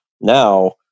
Now